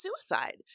suicide